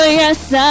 yes